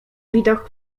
widok